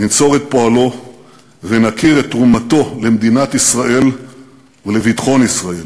ננצור את פועלו ונוקיר את תרומתו למדינת ישראל ולביטחון ישראל.